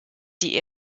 die